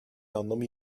anlamı